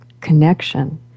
connection